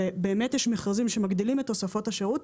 ובאמת יש מכרזים שמגדילים את הוספות השירות,